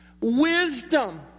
wisdom